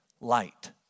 light